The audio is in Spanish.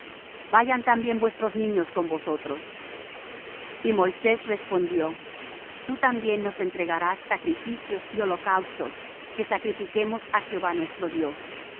vayan también vuestros niños con vosotros y moisés respondió tú también nos entregarás sacrificios y holocaustos que sacrifiquemos á jehová nuestro dios